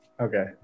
Okay